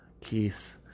Keith